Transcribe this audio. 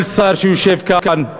כל שר שיושב כאן,